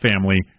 family